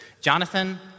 Jonathan